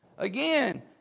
Again